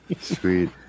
Sweet